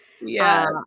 Yes